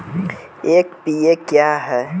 NPA क्या हैं?